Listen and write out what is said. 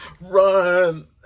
Run